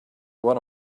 one